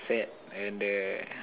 sad and the